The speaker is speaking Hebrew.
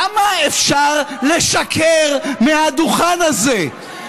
כמה אפשר לשקר מהדוכן הזה?